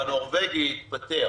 שנכנס מתפטר,